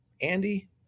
Andy